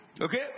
Okay